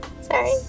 Sorry